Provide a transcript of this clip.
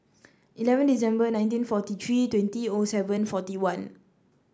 eleven December nineteen forty three twenty O seven forty one